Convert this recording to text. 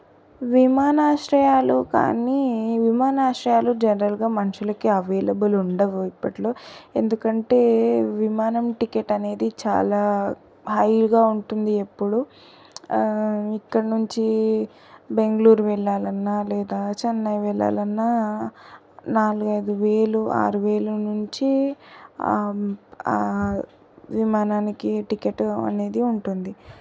విమానాశ్రయాలు కానీ విమానాశ్రయాలు జనరల్గా మనుషులకి అవైలబుల్ ఉండవు ఇప్పటిలో ఎందుకంటే విమానం టికెట్ అనేది చాలా హైగా ఉంటుంది ఎప్పుడు ఇక్కడి నుంచి బెంగళూరు వెళ్లాలన్నా లేదా చెన్నై వెళ్లాలన్నా నాలుగు ఐదు వేలు ఆరు వేలు నుంచి విమానానికి టికెట్ అనేది ఉంటుంది